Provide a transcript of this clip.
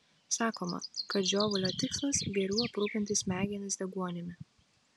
sakoma kad žiovulio tikslas geriau aprūpinti smegenis deguonimi